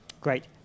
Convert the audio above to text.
Great